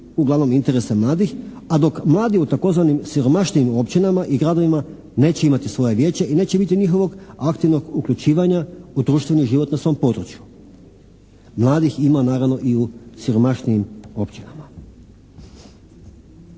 uglavnom interese mladih a dok mladi u tzv. siromašnijim općinama i gradovima neće imati svoja vijeća i neće biti njihovog aktivnog uključivanja u društveni život na svom području. Mladih ima naravno i u siromašnijim općinama.